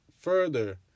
further